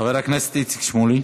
חבר הכנסת איציק שמולי,